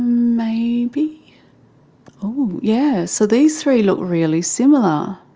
maybe. yeah so these three look really similar.